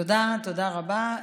תודה רבה.